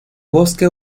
bosque